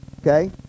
Okay